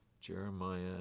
Jeremiah